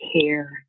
care